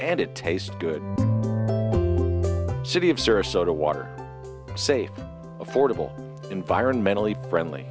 and it tastes good city of soda water safe affordable environmentally friendly